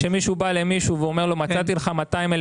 כמישהו בא למישהו ואומר לו מצאתי לך 200,000